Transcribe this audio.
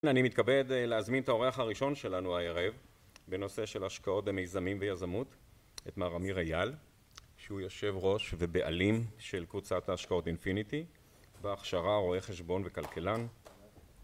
אני מתכבד להזמין את האורח הראשון שלנו הערב בנושא של השקעות במיזמים ויזמות את מר אמיר איל שהוא יושב ראש ובעלים של קבוצת ההשקעות אינפיניטי בהכשרה רואה חשבון וכלכלן